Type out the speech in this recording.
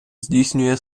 здійснює